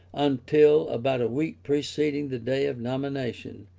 until about a week preceding the day of nomination,